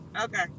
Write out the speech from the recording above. Okay